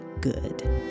good